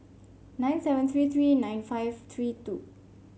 nine seven three three nine five three two